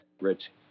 rich